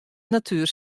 natuer